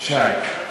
שניים.